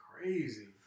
crazy